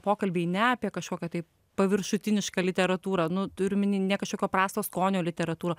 pokalbiai ne apie kažkokią tai paviršutinišką literatūrą nu turiu omeny ne kažkokio prasto skonio literatūrą